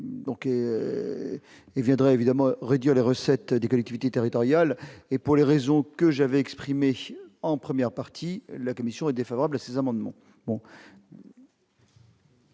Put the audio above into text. il viendra évidemment réduire les recettes des collectivités territoriales et pour les raisons que j'avais exprimée en première partie, la commission est défavorable, ces amendements.